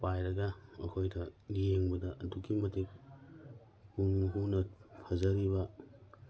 ꯄꯥꯏꯔꯒ ꯃꯈꯣꯏꯗ ꯌꯦꯡꯕꯗ ꯑꯗꯨꯛꯀꯤ ꯃꯇꯤꯛ ꯄꯨꯛꯅꯤꯡ ꯍꯨꯅ ꯐꯖꯔꯤꯕ